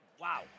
Wow